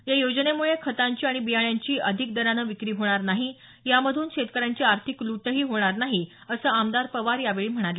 या योजनेमुळे खतांची आणि बियाणांची अधिक दरानं विक्री होणार नाही यामधून शेतकऱ्यांची आर्थिक लूट होणार नाही असं आमदार पवार यावेळी म्हणाले